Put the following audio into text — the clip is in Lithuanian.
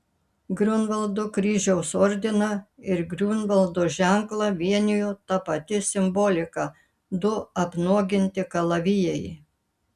griunvaldo kryžiaus ordiną ir griunvaldo ženklą vienijo ta pati simbolika du apnuoginti kalavijai